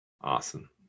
Awesome